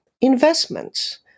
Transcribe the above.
investments